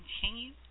continue